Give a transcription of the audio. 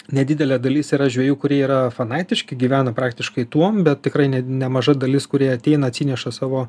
nedidelė dalis yra žvejų kurie yra fanatiški gyvena praktiškai tuom bet tikrai ne nemaža dalis kurie ateina atsineša savo